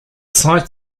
site